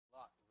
Lot